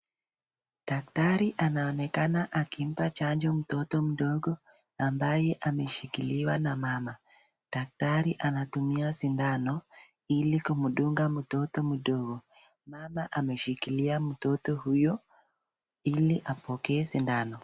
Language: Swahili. Daktari anaonekana akimpa chanjo mtoto mdogo ambaye ameshikiliwa na mama. Daktari anatumia sindano ili kumdunga mtoto mdogo. Mama ameshikilia mtoto huyo ili apokee sindano.